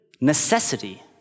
necessity